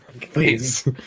Please